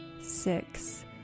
six